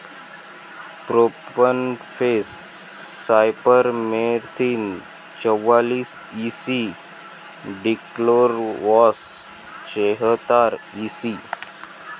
profenofos cypermethrin चौवालीस E C dichlorvos चेहतार EC